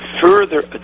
further